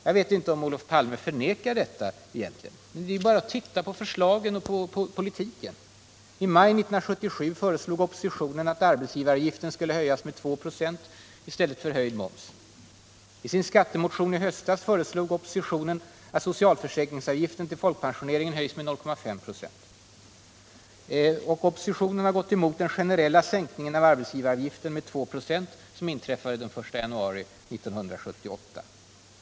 Jag vet inte om Olof Palme förnekar detta, men det är bara att titta på förslagen och politiken. I maj 1977 föreslog oppositionen att arbetsgivaravgiften skulle höjas med 2 96 i stället för höjd moms. I sin skattemotion i höstas föreslog oppositionen att socialförsäkringsavgiften till folkpensioneringen skulle höjas med 0,5 96. Oppositionen har gått emot den generella sänkning av arbetsgivaravgiften med 2 96 som genomfördes den 1 januari 1978.